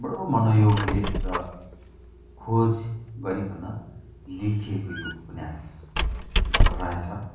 बडो मनोयोगले र खोज गरिकन लेखिएको यो उपन्यास रहेछ